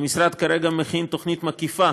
שאנחנו צריכים לנהל, מן הסתם בגלל מחסור בכוח אדם,